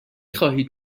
خواهید